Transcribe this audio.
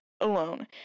Alone